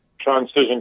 transition